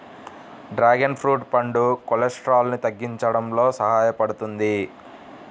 dragon fruit పండు కొలెస్ట్రాల్ను తగ్గించడంలో సహాయపడుతుంది